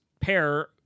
pair